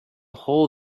hole